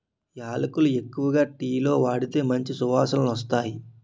యాలకులు ఎక్కువగా టీలో వాడితే మంచి సువాసనొస్తాయి